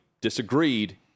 disagreed